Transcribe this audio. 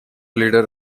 leader